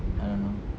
I don't know